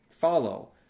follow